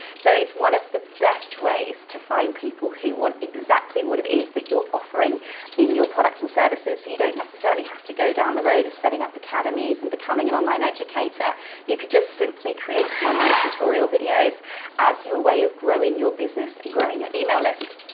so it's one of the best ways to find people who want exactly what it is that you're offering in your products and services, so you don't necessarily have to go down the road of setting up academies and becoming an online educator. you could just simply create some online tutorial videos as your way of growing your business and growing your email list.